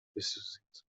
بسوزید